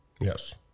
Yes